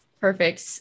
perfect